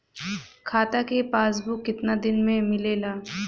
खाता के पासबुक कितना दिन में मिलेला?